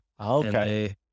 Okay